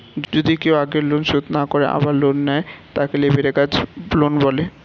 যদি কেও আগেকার লোন শোধ না করে আবার লোন নেয়, তাকে লেভেরাগেজ লোন বলে